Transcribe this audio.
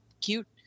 cute